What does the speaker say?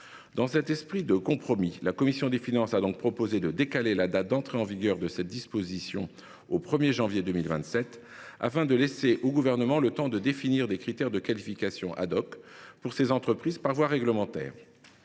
Dans un esprit de compromis, la commission des finances a donc proposé de décaler la date d’entrée en vigueur de cette disposition au 1 janvier 2027 afin de laisser au Gouvernement le temps de définir des critères de qualification pour ces entreprises par voie réglementaire.